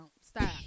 Stop